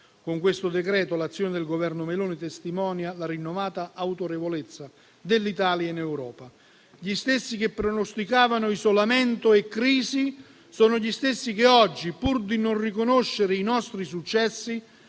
Con questo decreto l'azione del Governo Meloni testimonia la rinnovata autorevolezza dell'Italia in Europa. Gli stessi che pronosticavano isolamento e crisi sono gli stessi che oggi, pur di non riconoscere i nostri successi,